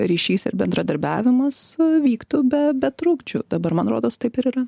ryšys ir bendradarbiavimas vyktų be be trukdžių dabar man rodos taip ir yra